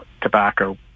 Tobacco